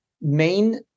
main